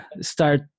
start